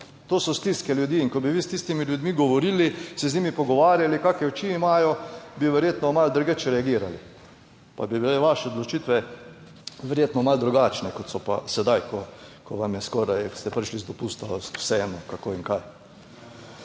To so stiske ljudi. In ko bi vi s tistimi ljudmi govorili, se z njimi pogovarjali kakšne oči imajo, bi verjetno malo drugače reagirali pa bi bile vaše odločitve verjetno malo drugačne, kot so pa sedaj, ko vam je, skoraj ste prišli z dopusta, vseeno kako in kaj.